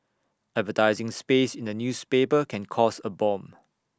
advertising space in A newspaper can cost A bomb